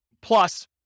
plus